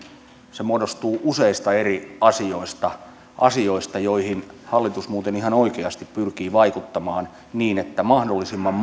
muodostuu useista eri asioista asioista joihin hallitus muuten ihan oikeasti pyrkii vaikuttamaan niin että mahdollisimman